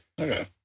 Okay